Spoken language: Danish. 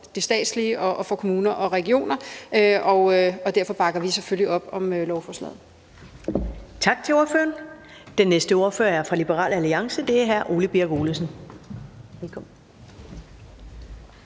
det statslige og for kommuner og regioner, og derfor bakker vi selvfølgelig op om lovforslaget.